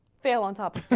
bail on top